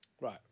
Right